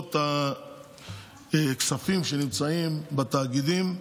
יתרות הכספים שנמצאות בתאגידים.